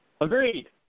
Agreed